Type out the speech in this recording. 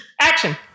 action